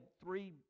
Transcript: three